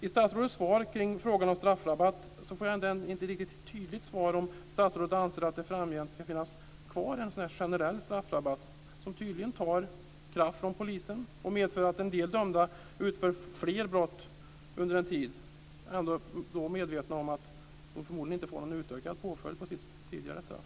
I statsrådets svar kring frågan om straffrabatt får jag inget riktigt tydligt svar på om statsrådet anser att det framgent ska finnas kvar en generell straffrabatt, som tydligen tar kraft från polisen och medför att en del dömda utför fler brott under en tid, då medvetna om att de förmodligen inte får någon utökad påföljd på sitt tidigare straff.